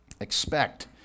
Expect